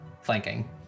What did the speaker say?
flanking